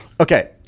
okay